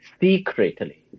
secretly